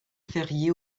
férié